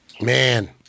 Man